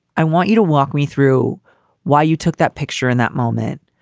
i want you to walk me through why you took that picture in that moment.